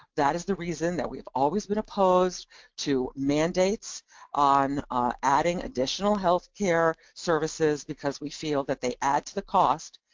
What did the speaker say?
that is the reason that we've always been opposed to mandates on adding additional healthcare services because we feel that they add to the costs,